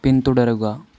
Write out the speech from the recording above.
പിന്തുടരുക